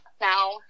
Now